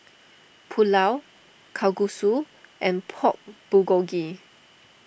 Pulao Kalguksu and Pork Bulgogi